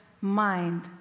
mind